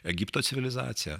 egipto civilizacija